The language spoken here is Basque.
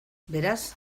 beraz